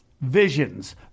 visions